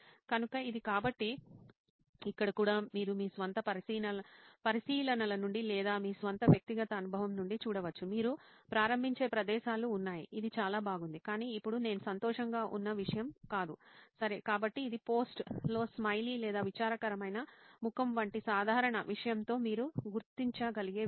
కనుక ఇది కాబట్టి ఇక్కడ కూడా మీరు మీ స్వంత పరిశీలనల నుండి లేదా మీ స్వంత వ్యక్తిగత అనుభవం నుండి చూడవచ్చు మీరు ప్రారంభించే ప్రదేశాలు ఉన్నాయి ఇది చాలా బాగుంది కానీ ఇప్పుడు నేను సంతోషంగా ఉన్న విషయం కాదు సరే కాబట్టి ఇది పోస్ట్లో స్మైలీ లేదా విచారకరమైన ముఖం వంటి సాధారణ విషయంతో మీరు గుర్తించగలిగే విషయం